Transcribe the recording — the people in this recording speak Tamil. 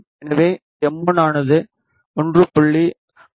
எனவே எம்1 ஆனது 1